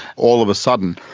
all of a sudden,